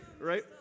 right